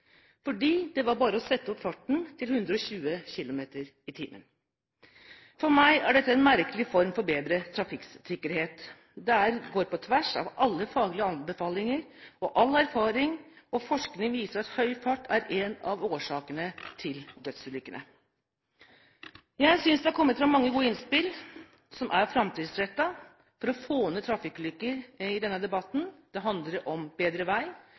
fordi det bare er å øke fartsgrensen til 120 km/t. For meg er dette en merkelig form for trafikksikkerhet. Det går på tvers av alle faglige anbefalinger, og all erfaring og forskning viser at høy fart er en av årsakene til dødsulykker. Jeg synes det i denne debatten